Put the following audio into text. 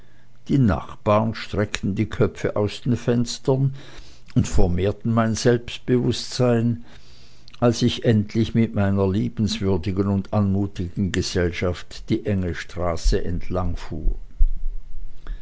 die nachbaren steckten die köpfe aus den fenstern und vermehrten mein selbstbewußtsein als ich endlich mit meiner liebenswürdigen und anmutigen gesellschaft die enge straße